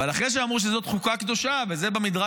אבל אחרי שאמרו שזאת חוקה קדושה וזה במדרג